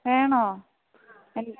വേണോ